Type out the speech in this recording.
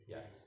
Yes